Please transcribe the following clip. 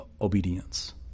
Obedience